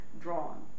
drawn